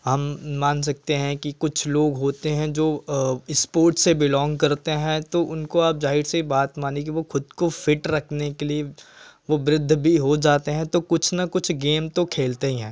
हम मान सकते हैं कि कुछ लोग होते हैं जो स्पोर्ट्स से बिलॉन्ग करते हैं तो उनको आप जाहिर सी बात मानिए कि वो खुद को फिट रखने के लिए वो वृद्ध भी हो जाते हैं तो कुछ ना कुछ गेम तो खेलते ही हैं